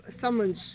Someone's